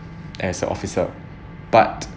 as officer but